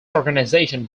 organization